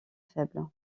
faible